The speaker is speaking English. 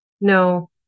No